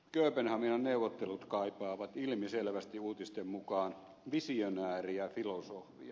kööpenhaminan neuvottelut kaipaavat ilmiselvästi uutisten mukaan visionääriä filosofia